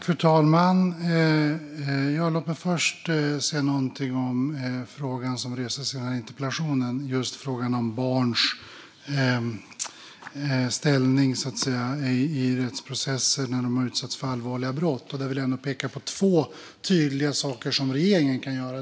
Fru talman! Låt mig först säga något om frågan som reses i interpellationen, frågan om barns ställning i rättsprocessen när de har utsatts för allvarliga brott. Där vill jag ändå peka på två tydliga saker som regeringen kan göra.